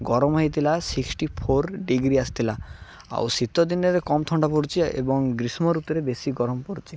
ଗରମ ହେଇଥିଲା sixty four degree ଆସିଥିଲା ଆଉ ଶୀତ ଦିନରେ କମ୍ ଥଣ୍ଡା ପଡ଼ୁଛି ଏବଂ ଗ୍ରୀଷ୍ମ ଋତୁରେ ବେଶୀ ଗରମ ପଡ଼ୁଛି